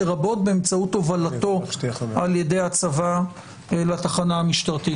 לרבות באמצעות הובלתו על ידי הצבא לתחנה המשטרתית.